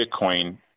Bitcoin